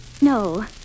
No